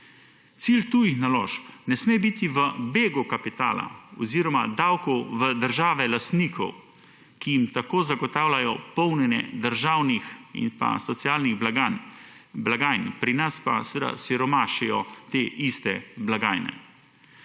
Cilj tujih naložb ne sme biti v begu kapitala oziroma davkov v države lastnikov, ki jim tako zagotavljajo polnjenje državnih in socialnih blagajni, pri nas pa siromašijo te iste blagajne.